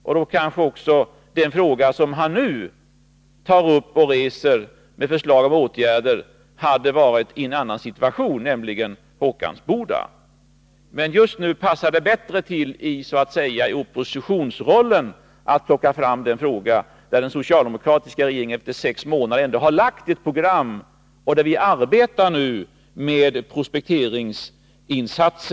Och den fråga som han nu reser om åtgärder för Håkansboda kanske inte hade varit aktuell. Men det passar bättre att i oppositionsrollen plocka fram det område för vilket den socialdemokratiska regeringen efter sex månader ändå har lagt fram ett program och på vilket vi arbetar med prospekteringsinsatser.